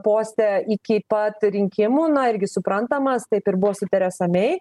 poste iki pat rinkimų na irgi suprantamas taip ir buvo su teresa mei